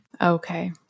Okay